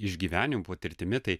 išgyvenimų patirtimi tai